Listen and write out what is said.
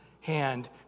hand